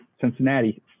Cincinnati